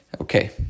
Okay